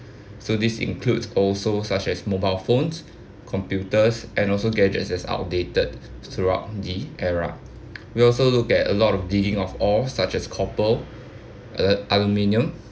so this includes also such as mobile phones computers and also gadgets as outdated throughout the era we also look at a lot of digging of all such as copper alu~ aluminium